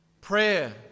Prayer